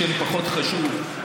השם פחות חשוב,